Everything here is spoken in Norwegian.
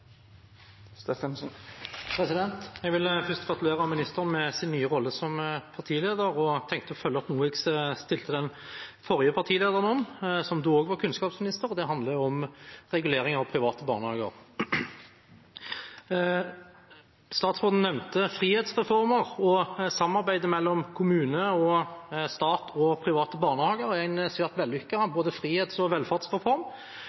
Jeg vil først gratulere ministeren med sin nye rolle som partileder, og tenkte å følge opp noe jeg stilte spørsmål om til den forrige partilederen, som også var kunnskapsminister, og det handler om regulering av private barnehager. Statsråden nevnte frihetsreformer og at samarbeidet mellom kommune, stat og private barnehager er en svært